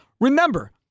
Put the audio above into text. Remember